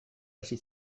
hasi